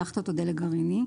יאכטות או דלק גרעיני.